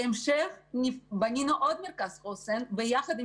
בהמשך בנינו עוד מרכז חוסן ביחד עם